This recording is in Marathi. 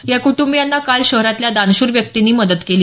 या कुटुंबियांना काल शहरातल्या दानशूर व्यक्तींनी मदत केली